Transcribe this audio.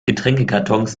getränkekartons